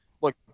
look